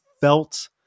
felt